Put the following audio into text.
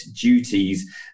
duties